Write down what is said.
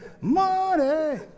Money